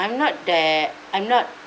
I'm not that I'm not